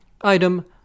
Item